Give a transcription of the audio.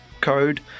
code